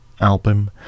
album